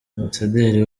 ambasaderi